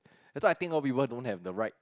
I thought I think more people don't have the right